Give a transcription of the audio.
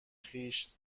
خویش